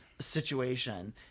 situation